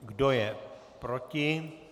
Kdo je proti?